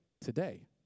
today